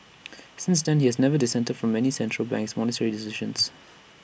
since then he has never dissented from any of central bank's monetary decisions